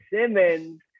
Simmons